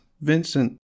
Vincent